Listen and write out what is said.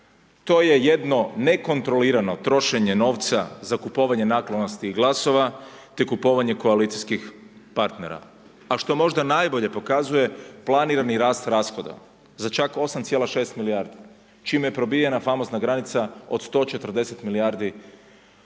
To je jedno nekontrolirano trošenje novca za kupovanje naklonosti i glasova, te kupovanje koalicijskih partnera, a što možda najbolje pokazuje planirani rast rashoda za čak 8,6 milijardi, čime je probijena famozna granica od 140 milijardi